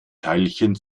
teilchen